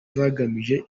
zigamije